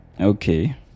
okay